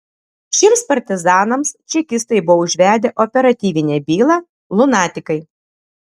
šiems partizanams čekistai buvo užvedę operatyvinę bylą lunatikai